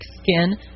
skin